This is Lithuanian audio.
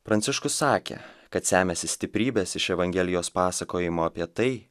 pranciškus sakė kad semiasi stiprybės iš evangelijos pasakojimo apie tai